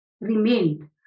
remained